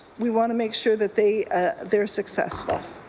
we want to make sure that they they're successful.